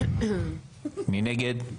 מי נגד?